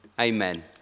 Amen